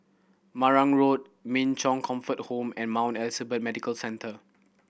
Marang Road Min Chong Comfort Home and Mount Elizabeth Medical Centre